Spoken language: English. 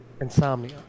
Insomnia